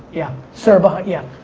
yeah, sir, but yeah.